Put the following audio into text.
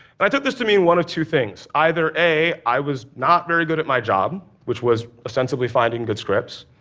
and i took this to mean one of two things either a i was not very good at my job, which was, ostensibly, finding good scripts,